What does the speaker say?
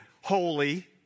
holy